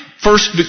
first